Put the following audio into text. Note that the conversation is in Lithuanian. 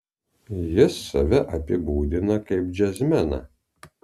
jis save apibūdina kaip džiazmeną